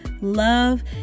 love